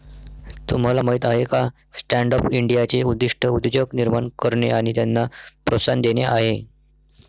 तुम्हाला माहीत आहे का स्टँडअप इंडियाचे उद्दिष्ट उद्योजक निर्माण करणे आणि त्यांना प्रोत्साहन देणे आहे